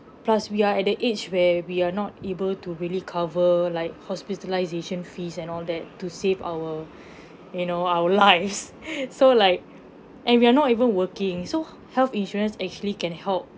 plus we are at the age where we are not able to really cover like hospitalisation fees and all that to save our you know our lives so like and we're not even working so h~ health insurance actually can help